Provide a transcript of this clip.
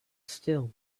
still